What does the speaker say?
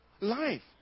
life